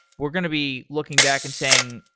we're going to be looking back and saying,